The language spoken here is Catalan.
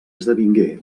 esdevingué